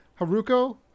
Haruko